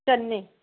तन्ने